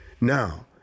Now